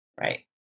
Right